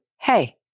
hey